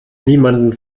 niemanden